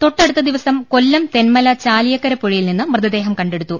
തൊട്ടടുത്ത് ദിവസം കൊല്ലം തെന്മല ചാലിയക്കര പുഴയിൽ നിന്ന് മൃതദേഹം കണ്ടെടുത്തു